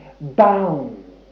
bound